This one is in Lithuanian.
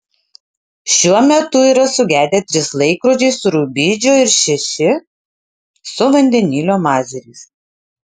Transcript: šiuo metu yra sugedę trys laikrodžiai su rubidžio ir šeši su vandenilio mazeriais